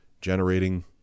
generating